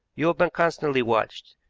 you have been constantly watched.